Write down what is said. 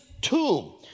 tomb